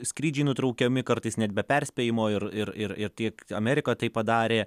skrydžiai nutraukiami kartais net be perspėjimo ir ir ir ir tiek amerika tai padarė